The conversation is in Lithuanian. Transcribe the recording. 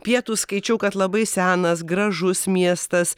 pietūs skaičiau kad labai senas gražus miestas